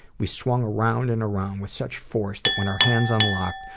we swung around and around with such force, that when our hands unlocked,